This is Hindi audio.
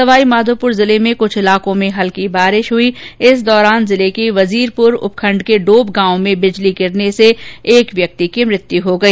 सवाईमाधोपुर जिले में कुछ इलाकों में हल्की बारिश हुई इस दौरान जिले के वजीरपुर उपखण्ड के डोब गांव में बिजली गिरने से एक व्यक्ति की मौत हो गई